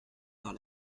dans